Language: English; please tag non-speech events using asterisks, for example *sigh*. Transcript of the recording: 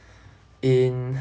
*breath* in